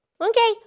Okay